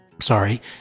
Sorry